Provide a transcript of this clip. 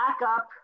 Backup